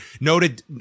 Noted